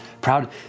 proud